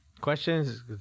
questions